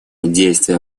действия